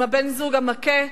עם בן-הזוג המכה,